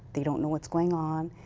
they don't know what's going on.